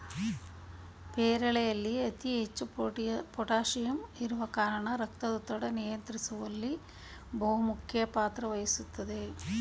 ಪೇರಳೆಯಲ್ಲಿ ಅತಿ ಹೆಚ್ಚು ಪೋಟಾಸಿಯಂ ಇರುವ ಕಾರಣ ರಕ್ತದೊತ್ತಡ ನಿಯಂತ್ರಿಸುವಲ್ಲಿ ಬಹುಮುಖ್ಯ ಪಾತ್ರ ವಹಿಸ್ತದೆ